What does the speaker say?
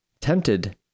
tempted